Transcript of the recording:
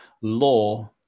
law